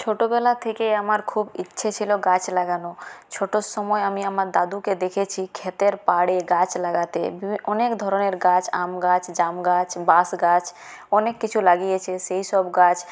ছোটোবেলা থেকে আমার খুব ইচ্ছে ছিল গাছ লাগানোর ছোটোর সময়ে আমি আমার দাদুকে দেখেছি ক্ষেতের পাড়ে গাছ লাগাতে অনেক ধরণের গাছ আম গাছ জাম গাছ বাঁশ গাছ অনেক কিছু লাগিয়েছে সেই সব গাছ